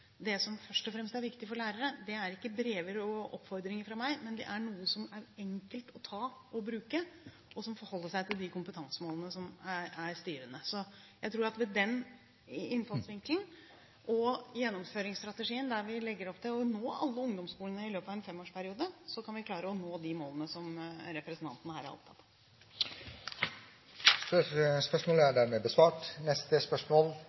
det som først og fremst er viktig for lærere, ikke er brev og oppfordringer fra meg, men noe som er enkelt å ta og bruke, og som forholder seg til de kompetansemålene som er styrende. Jeg tror at med den innfallsvinkelen og gjennomføringsstrategien der vi legger opp til å nå alle ungdomsskolene i løpet av en femårsperiode, kan vi klare å nå de målene som representanten her er opptatt av. «Etablering av et klimafond for industrien som er